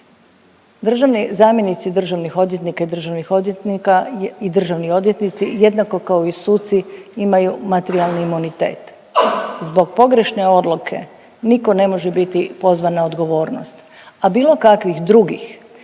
državnih odvjetnika i državnih odvjetnika i državni odvjetnici jednako kao i suci imaju materijalni imunitet. Zbog pogrešne odluke nitko ne može biti pozvan na odgovornost, a bilo kakvih drugih